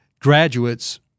graduates